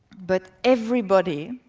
but everybody,